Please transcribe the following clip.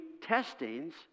testings